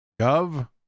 Gov